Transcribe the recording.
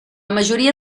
majoria